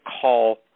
call